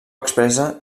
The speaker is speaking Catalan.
expressa